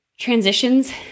Transitions